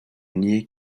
nier